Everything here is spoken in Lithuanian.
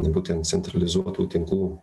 būtent centralizuotų tinklų